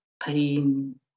pain